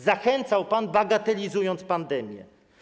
Zachęcał pan, bagatelizując pandemię.